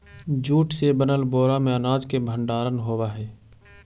jute से बनल बोरा में अनाज के भण्डारण होवऽ हइ